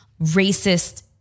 racist